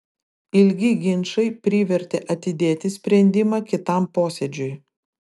ilgi ginčai privertė atidėti sprendimą kitam posėdžiui